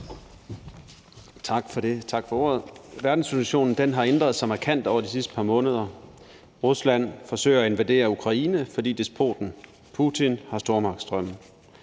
Tak for det, tak for ordet. Verdenssituationen har ændret sig markant over de sidste par måneder. Rusland forsøger at invadere Ukraine, fordi despoten Putin har stormagtsdrømme.